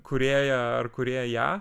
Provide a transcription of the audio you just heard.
kūrėją ar kūrėją